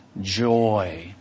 joy